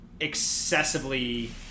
excessively